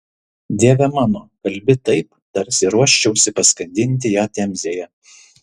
dieve mano kalbi taip tarsi ruoščiausi paskandinti ją temzėje